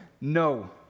no